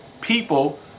people